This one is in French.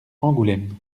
angoulême